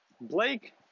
Blake